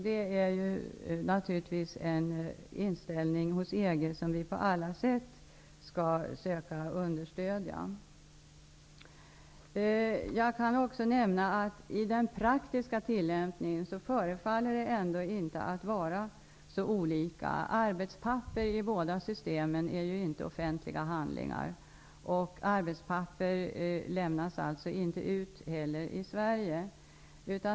Det är naturligtvis en inställning hos EG som vi på alla sätt skall söka understödja. Den praktiska tillämpningen förefaller ändå inte att vara så olika. Arbetspapper är ju inte offentliga handlingar enligt båda systemen. Sådana papper lämnas inte heller ut i Sverige.